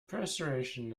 persuasion